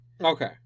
Okay